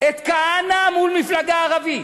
את כהנא מול מפלגה ערבית,